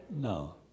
No